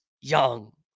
Young